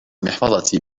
محفظتي